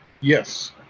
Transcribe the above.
Yes